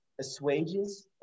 assuages